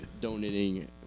donating